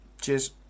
Cheers